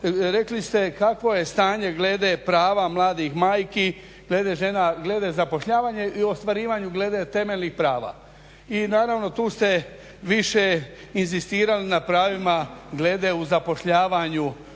rekli ste kakvo je stanje glede pravih mladih majki, glede žena, glede zapošljavanja i glede ostvarivanja temeljnih prava i naravno tu ste više inzistirali na pravima glede u zapošljavanju